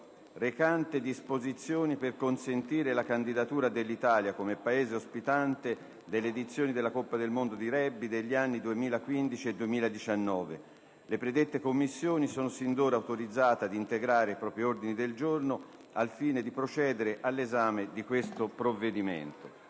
recante «Disposizioni per consentire la candidatura dell'Italia come Paese ospitante delle edizioni della Coppa del Mondo di rugby degli anni 2015 e 2019». Le predette Commissioni sono sin d'ora autorizzate ad integrare i propri ordini del giorno al fine di procedere all'esame di questo provvedimento.